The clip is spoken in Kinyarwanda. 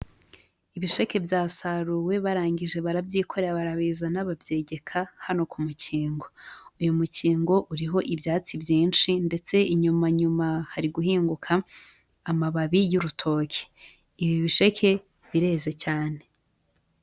Ibisheke byasaruwe barangije barabyikora barabizana babyegeka hano ku mukingo, uyu mukingo uriho ibyatsi byinshi ndetse inyuma nyuma hari guhinguka amababi y'urutoke, ibi bisheke bireze cyane.